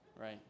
right